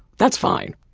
that's fine.